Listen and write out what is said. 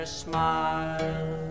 smile